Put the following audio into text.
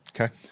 Okay